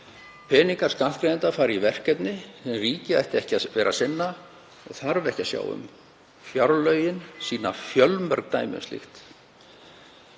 Peningar skattgreiðenda fara í verkefni sem ríkið ætti ekki að vera að sinna og þarf ekki að sjá um. Fjárlögin sýna fjölmörg dæmi um slíkt.